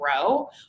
grow